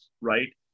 right